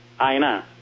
aina